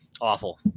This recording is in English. awful